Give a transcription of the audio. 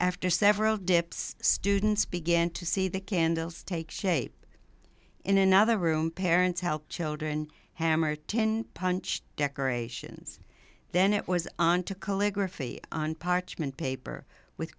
after several dips students began to see the candles take shape in another room parents help children hammerton punched decorations then it was on to calligraphy on parchment paper with